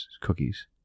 cookies